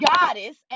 goddess